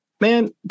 Man